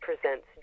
presents